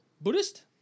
Buddhist